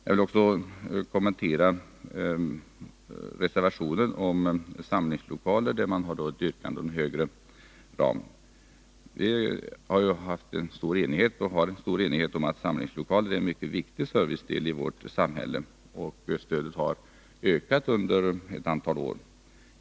Jag vill också kommentera reservationen om samlingslokaler, där reservanterna har ett yrkande om högre ramar. Det råder stor enighet om att samlingslokaler är en mycket viktig servicedel i vårt samhälle. Stödet har ökat under ett antal år.